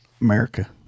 America